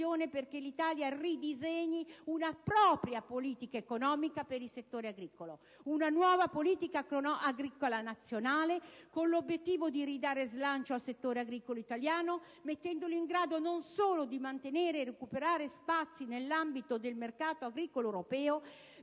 perché l'Italia ridisegni una propria politica economica per il settore agricolo: una nuova politica agricola nazionale con l'obiettivo di ridare slancio al settore agricolo italiano, non solo per consentirgli di mantenere e recuperare spazi nell'ambito del mercato agricolo europeo,